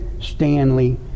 Stanley